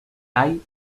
tall